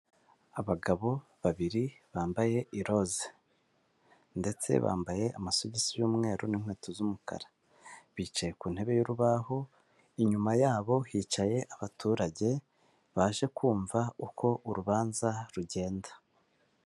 Abagabo babiri bambaye iroze ndetse bambaye amasogisi y'umweru n'inkweto z'umukara. Bicaye ku ntebe y'urubaho inyuma yabo hicaye abaturage baje kumva uko urubanza rugenda.